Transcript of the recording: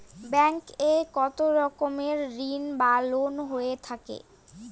Bank এ কত রকমের ঋণ বা লোন হয়ে থাকে?